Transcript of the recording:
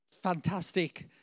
fantastic